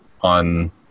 on